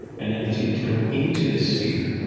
and then proceeded to go into this sphere,